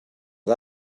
for